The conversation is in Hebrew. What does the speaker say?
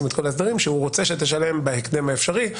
את כל ההסדרים שהוא רוצה שתשלם בהקדם האפשרי.